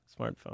smartphone